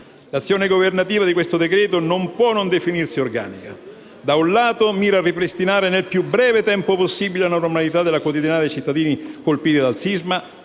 L'azione governativa nel decreto-legge in esame non può non definirsi organica: da un lato, mira a ripristinare nel più breve tempo possibile la normalità nella quotidianità dei cittadini colpiti da sisma;